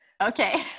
Okay